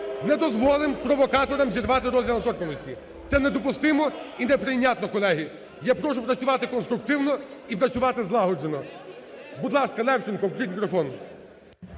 Не дозволимо провокаторам зірвати розгляд недоторканності! Це недопустимо і неприйнятно, колеги. Я прошу працювати конструктивно і працювати злагоджено. Будь ласка, Левченко включіть мікрофон.